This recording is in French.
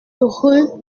rue